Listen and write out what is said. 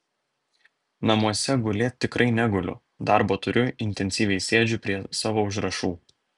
namuose gulėt tikrai neguliu darbo turiu intensyviai sėdžiu prie savo užrašų